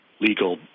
legal